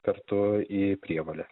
kartu į prievolę